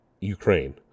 Ukraine